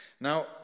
Now